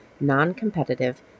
non-competitive